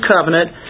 covenant